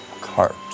cart